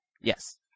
Yes